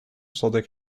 zodat